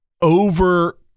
over